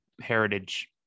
heritage